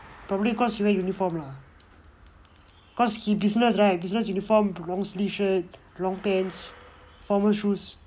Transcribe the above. probably cause he wear uniform lah cause he business right business uniform long sleeve shirt long pants formal shoes